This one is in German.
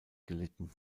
gelitten